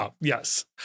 yes